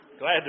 Glad